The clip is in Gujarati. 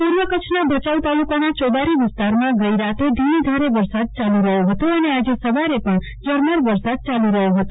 તો પૂર્વ કચ્છના ભચાઉ તાલુકાના ચોબારી વિસ્તારમાં ગઈ રાતે ધીમીધારે વરસાદ યાલુ રહ્યો હતો અને આજે સવારે પણ ઝરમર વરસાદ ચાલુ રહ્યો હતો